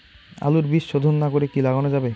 আলুর বীজ শোধন না করে কি লাগানো যাবে?